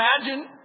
imagine